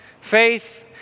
Faith